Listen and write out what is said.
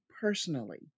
personally